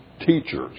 teachers